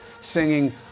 singing